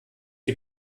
die